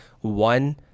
one